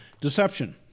Deception